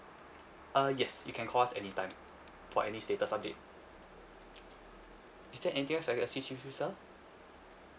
uh yes you can call us anytime for any status update is there anything else I can assist you with sir